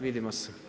Vidimo se.